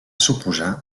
suposar